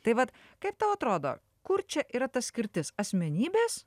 tai vat kaip tau atrodo kur čia yra ta skirtis asmenybės